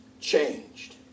changed